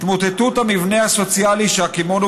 התמוטטות המבנה הסוציאלי שהקימונו